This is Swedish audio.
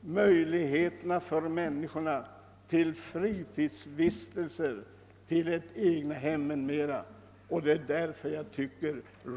möjligheter till fritidsvistelser, till ett egnahem och annat.